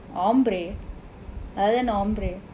ombre அது என்ன:athu enna ombre